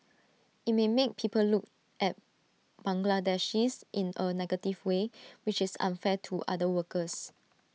IT may make people look at Bangladeshis in A negative way which is unfair to other workers